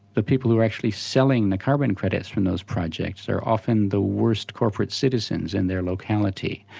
the people who are actually selling the carbon credits from those projects are often the worst corporate citizens in their locality.